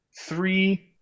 three